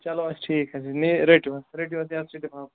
چلو حظ ٹھیٖک حظ چھُ رٔٹِو حظ رٔٹِو حظ یَتھ سۭتۍ لِفافَس سۭتۍ